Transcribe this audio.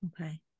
Okay